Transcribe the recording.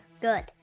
good